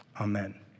Amen